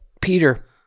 Peter